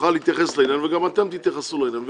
תוכל להתייחס לעניין, וגם אתם תתייחסו לעניין,